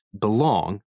belong